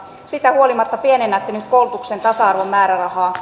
siitä huolimatta pienennätte nyt koulutuksen tasa arvon määrärahaa